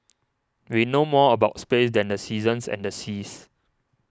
we know more about space than the seasons and the seas